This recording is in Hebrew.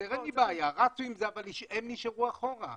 אבל הם נשארו מאחור.